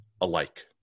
alike